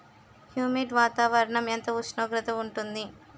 Humid వాతావరణం ఎంత ఉష్ణోగ్రత ఉంటుంది?